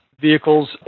vehicles